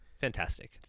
Fantastic